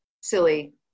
silly